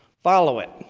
following,